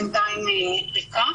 בינתיים היא ריקה.